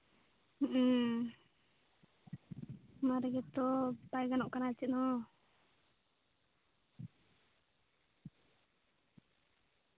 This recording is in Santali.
ᱚᱱᱟ ᱨᱮᱜᱮ ᱛᱚ ᱵᱟᱭ ᱜᱟᱱᱚᱜ ᱠᱟᱱᱟ ᱪᱮᱫ ᱦᱚᱸ